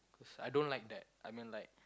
I don't like that I mean like